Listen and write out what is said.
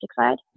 side